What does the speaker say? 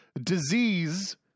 disease